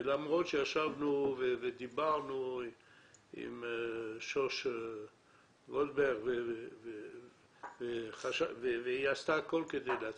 ולמרות שישבנו ודיברנו עם שוש גולדברג והיא עשתה הכול כדי להצליח,